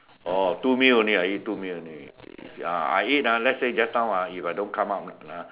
oh two meal only I eat two meal only ya I eat ah let's say if just now ah if I don't come out ah